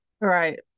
Right